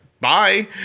bye